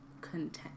content